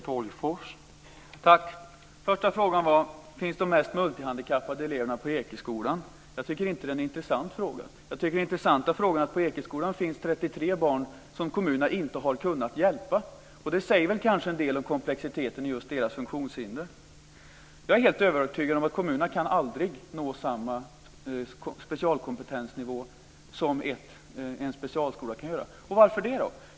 Herr talman! Den första frågan var om de mest multihandikappade eleverna finns på Ekeskolan. Jag tycker inte att det är en intressant fråga. Jag tycker att den intressanta frågan är att det på Ekeskolan finns 33 barn som kommunerna inte har kunnat hjälpa. Det säger kanske en del av komplexiteten i deras funktionshinder. Jag är helt övertygad om att kommunerna aldrig kan komma nå samma specialkompetensnivå som en specialskola. Vad är då anledningen till det?